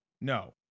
No